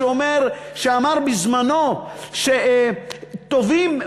שאמר בזמנו שטובים,